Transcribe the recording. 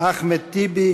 אחמד טיבי,